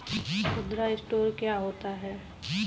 खुदरा स्टोर क्या होता है?